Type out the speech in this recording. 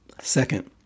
Second